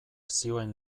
zioen